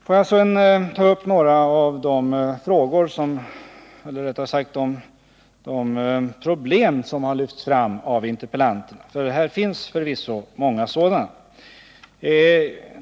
Får jag sedan ta upp några av de problem som lyfts fram av interpellanterna, för här finns förvisso många sådana.